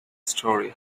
story